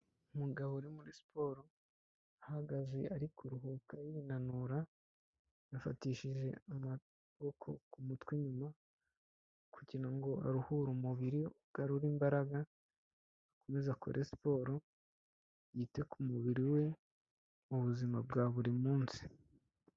Umugabo uri muri siporo, ahagaze ari kuruhuka yinanura, yafatishije amaboko ku mutwe inyuma, kugira ngo aruhure umubiri ugarure imbaraga, akomeze akore siporo yite ku mubiri we mubuzima bwa buri munsi